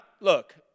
look